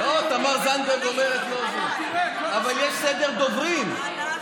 לא, תראה איזה ילדים טובים.